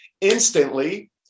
instantly